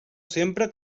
sempre